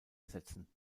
ersetzen